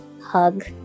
hug